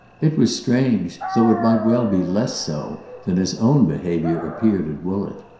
it was strange, though it might well be less so than his own behaviour appeared at woollett.